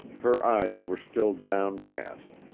her eyes were still downcast,